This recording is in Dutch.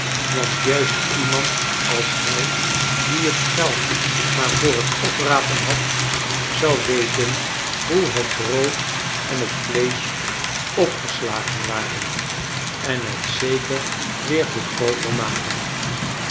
want juist iemand als hij die het geld maar voor het oprapen had zou weten hoe het brood en het vleesch opgeslagen waren en het zeker weer goedkooper maken